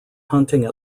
hunting